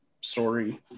story